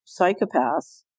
psychopaths